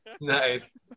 Nice